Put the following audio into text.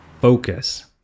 Focus